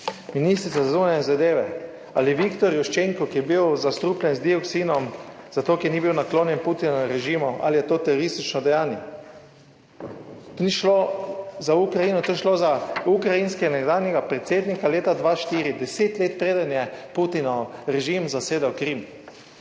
ministrica za zunanje zadeve, ali Viktor Juščenko, ki je bil zastrupljen z dioksinom zato, ker ni bil naklonjen Putinovem režimu, ali je to teroristično dejanje? Tu ni šlo za Ukrajino. To je šlo za ukrajinskega nekdanjega predsednika leta 2004, deset let, preden je Putinov režim zasedel Krim.